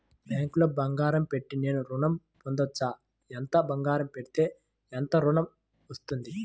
బ్యాంక్లో బంగారం పెట్టి నేను ఋణం పొందవచ్చా? ఎంత బంగారం పెడితే ఎంత ఋణం వస్తుంది?